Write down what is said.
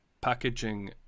packaging